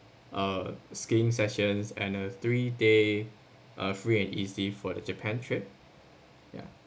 a skiing sessions and a three days uh free and easy for the japan trip yeah